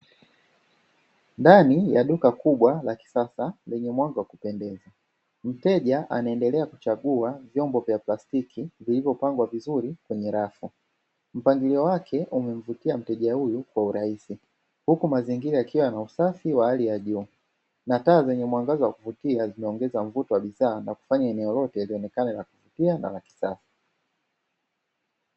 Ndani ya duka kubwa la kisasa lenye mwanga wa kupendeza, mteja anaendelea kuchagua vyombo vya plastiki vilivyopangwa vizuri kwenye rafu. Mpangilio wake umemvutia mteja huyu kwa urahisi, huku mazingira yakiwa na usafi wa hali ya juu. Na taa zenye mwangaza wa kuvutia zinaongeza mvuto wa bidhaa, na kufanya eneo lote lionekane la kuvutia na la kisasa.